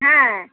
হ্যাঁ